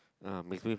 um my friend